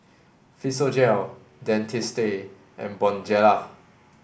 Physiogel Dentiste and Bonjela